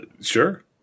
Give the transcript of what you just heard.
sure